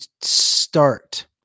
start